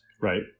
Right